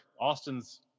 Austin's